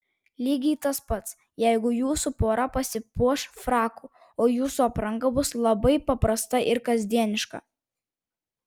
lygiai tas pats jeigu jūsų pora pasipuoš fraku o jūsų apranga bus labai paprasta ir kasdieniška